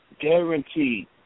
Guaranteed